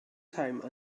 time